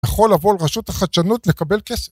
יכול לבוא לרשות החדשנות לקבל כסף.